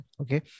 Okay